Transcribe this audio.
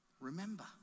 Remember